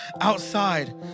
outside